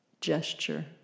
gesture